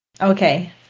Okay